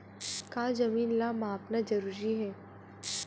का जमीन ला मापना जरूरी हे?